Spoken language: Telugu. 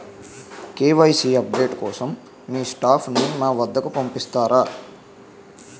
కే.వై.సీ అప్ డేట్ కోసం మీ స్టాఫ్ ని మా వద్దకు పంపిస్తారా?